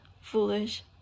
Foolish